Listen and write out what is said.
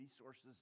resources